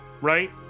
right